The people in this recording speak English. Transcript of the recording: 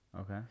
Okay